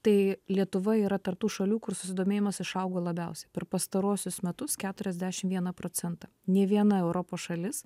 tai lietuva yra tarp tų šalių kur susidomėjimas išaugo labiausia per pastaruosius metus keturiasdešimt vieną procentą nei viena europos šalis